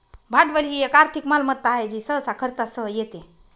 भांडवल ही एक आर्थिक मालमत्ता आहे जी सहसा खर्चासह येते